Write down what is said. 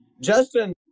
Justin